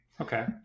Okay